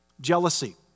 Jealousy